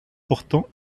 portant